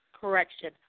correction